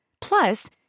Plus